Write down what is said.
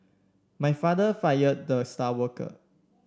my father fired the star worker